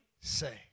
say